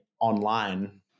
online